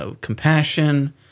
compassion